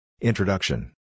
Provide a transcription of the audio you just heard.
Introduction